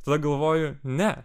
tada galvoju ne